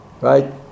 right